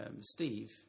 steve